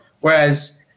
Whereas